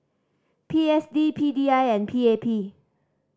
P S D P D I and P A P